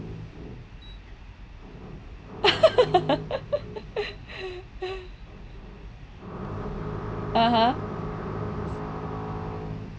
(uh huh)